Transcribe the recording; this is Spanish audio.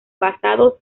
basados